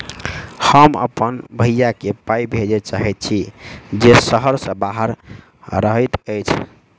हम अप्पन भयई केँ पाई भेजे चाहइत छि जे सहर सँ बाहर रहइत अछि